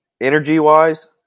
energy-wise